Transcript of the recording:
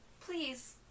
Please